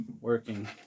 working